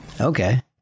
Okay